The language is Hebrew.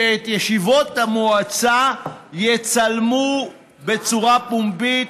שאת ישיבות המועצה יצלמו בצורה פומבית